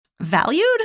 valued